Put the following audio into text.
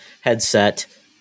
headset